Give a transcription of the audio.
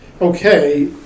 okay